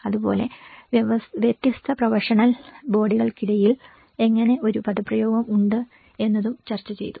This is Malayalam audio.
അതുപോലെ വ്യത്യസ്ത പ്രൊഫഷണൽ ബോഡികൾക്കിടയിൽ എങ്ങനെ ഒരു പദപ്രയോഗം ഉണ്ട് എന്നതും ചർച്ച ചെയ്തു